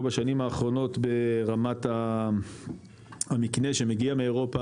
בשנים האחרונות ברמת המקנה שמגיע מאירופה,